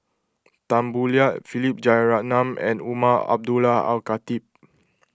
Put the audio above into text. Tan Boo Liat Philip Jeyaretnam and Umar Abdullah Al Khatib